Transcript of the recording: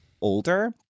older